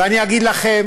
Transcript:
ואני אגיד לכם,